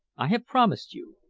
i have promised you,